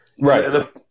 right